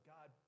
God